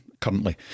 currently